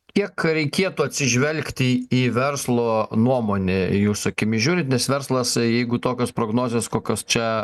kiek reikėtų atsižvelgti į verslo nuomonę jūsų akimis žiūrint nes verslas jeigu tokios prognozės kokios čia